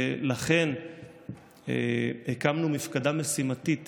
לכן הקמנו מפקדה משימתית